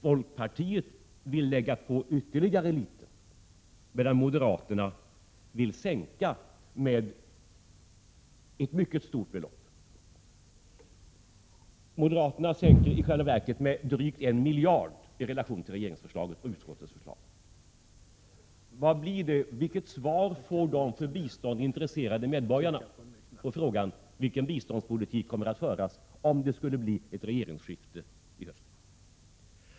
Folkpartiet vill öka anslaget något, medan moderaterna vill sänka anslaget med ett mycket stort belopp. Moderaternas förslag innebär i själva verket en sänkning med drygt 1 miljard kronor i relation till regeringsförslaget och utskottets förslag. Vilket svar får de för bistånd intresserade medborgarna på frågan vilken biståndspolitik som kommer att föras om det skulle bli ett regeringsskifte i höst?